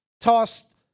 tossed